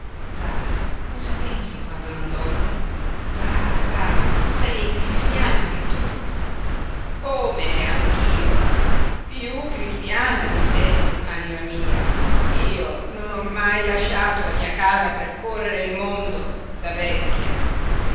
va cosa pensi quando non dormi va va sei cristiana anche tu come anch'io piú cristiana di te anima mia io non ho mai lasciato la mia casa per correre il mondo da vecchia